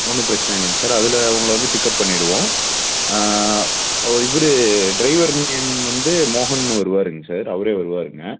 ஒன்றும் பிரச்சனை இல்லைங்க சார் அதில் உங்கள வந்து பிக்கப் பண்ணிருவோம் இவர் ட்ரைவர் நேம் வந்து மோகன்னு வருவாருங்க சார் அவரே வருவாருங்க